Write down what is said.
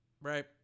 Right